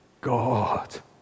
God